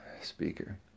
speaker